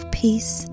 peace